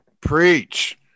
Preach